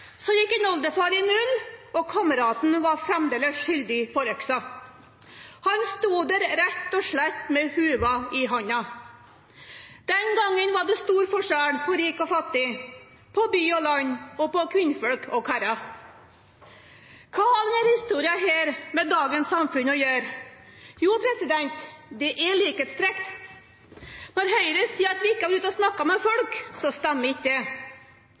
gikk oldefar i null, og kameraten var fremdeles skyldig for øksa. Han sto der rett og slett med lua i handa. Den gangen var det stor forskjell mellom rik og fattig, by og land og kvinner og menn. Hva har denne historien med dagens samfunn å gjøre? Jo, det er likhetstrekk. Når Høyre sier at vi ikke har vært ute og snakket med folk, stemmer ikke det.